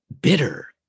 bitter